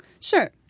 Sure